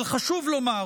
אבל חשוב לומר